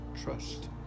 trust